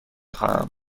خواهم